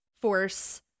force